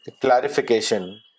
clarification